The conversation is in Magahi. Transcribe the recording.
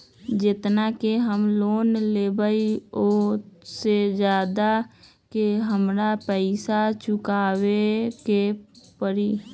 जेतना के हम लोन लेबई ओ से ज्यादा के हमरा पैसा चुकाबे के परी?